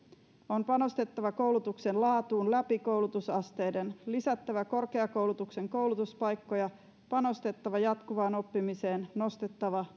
on panostettava koulutuksen laatuun läpi koulutusasteiden lisättävä korkeakoulutuksen koulutuspaikkoja panostettava jatkuvaan oppimiseen ja nostettava